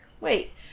Wait